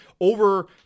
over